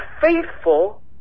faithful